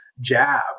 jab